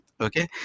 okay